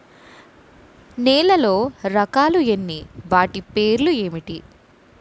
నేలలో రకాలు ఎన్ని వాటి పేర్లు ఏంటి?